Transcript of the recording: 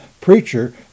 preacher